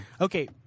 okay